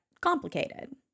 complicated